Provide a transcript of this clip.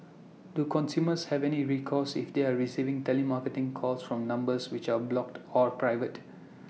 do consumers have any recourse if they are receiving telemarketing calls from numbers which are blocked or private